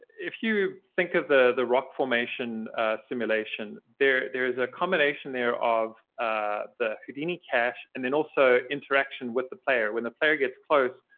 if you think of the the rock formation simulation, there there is a combination there of the houdini cache, and then also interaction with the player. when the player gets close,